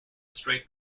straight